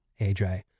AJ